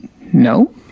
No